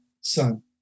son